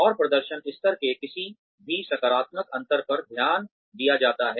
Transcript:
और प्रदर्शन स्तर के किसी भी सकारात्मक अंतर पर ध्यान दिया जाता है